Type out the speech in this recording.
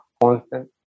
constant